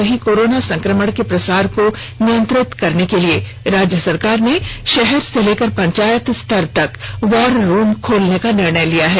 वहीं कोरोना संक्रमण के प्रसार को नियंत्रित करने के लिए राज्य सरकार ने शहर से लेकर पंचायत स्तर तक वॉर रूम खोलने का निर्णय लिया है